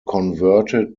converted